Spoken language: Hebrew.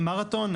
ממושכת.